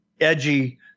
edgy